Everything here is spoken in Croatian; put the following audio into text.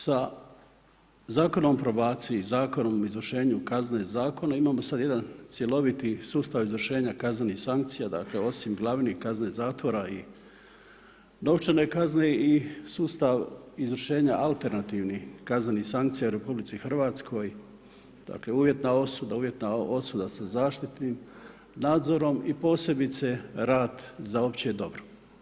Sa Zakonom o probaciji, Zakonom o izvršenju kazne zatvora, imamo sad jedan cjeloviti sustav izvršenja kaznenih sankcija, dakle osim glavnih, kazne zatvora i novčane kazne, i sustav izvršenja alternativnih kaznenih sankcija u RH dakle uvjetna osuda, uvjetna osuda sa zaštitnim nadzorom i posebice, rad za opće dobro.